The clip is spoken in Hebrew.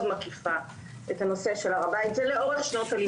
מקיפה את הנושא של הר הבית זה לאורך שנות הלימוד.